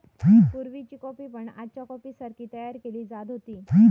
पुर्वीची कॉफी पण आजच्या कॉफीसारखी तयार केली जात होती